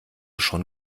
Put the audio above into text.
schon